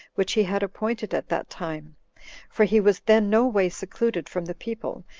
which he had appointed at that time for he was then no way secluded from the people,